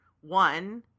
one